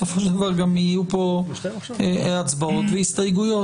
בסופו של דבר גם יהיו פה הצבעות והסתייגויות.